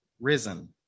risen